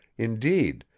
indeed,